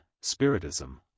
spiritism